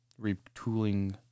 retooling